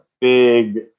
big